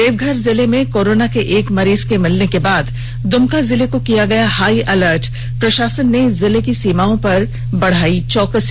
देवघर जिले में कोरोना के एक मरीज के मिलने के बाद दुमका जिले को किया गया हाई अलर्ट प्रषासन ने जिले की सीमाओं पर बढ़ाई चौकसी